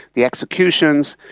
the executions,